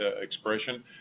expression